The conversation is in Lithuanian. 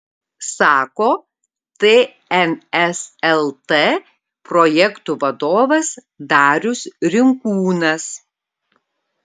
sako tns lt projektų vadovas darius rinkūnas